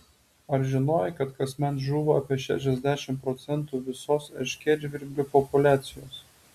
ar žinojai kad kasmet žūva apie šešiasdešimt procentų visos erškėtžvirblių populiacijos